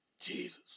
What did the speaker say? Jesus